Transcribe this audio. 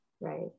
Right